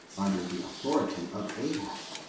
under the authority of ahab,